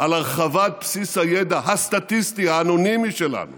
על הרחבת בסיס הידע הסטטיסטי האנונימי שלנו